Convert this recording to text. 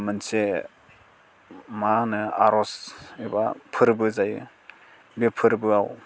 मोनसे मा होनो आर'ज एबा फोरबो जायो बे फोर्बोआव